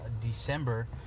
December